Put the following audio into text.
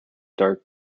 dark